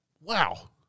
Wow